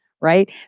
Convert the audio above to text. right